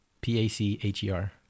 P-A-C-H-E-R